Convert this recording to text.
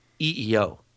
EEO